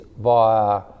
via